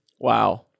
Wow